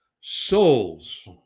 souls